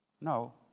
No